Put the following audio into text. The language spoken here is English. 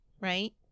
right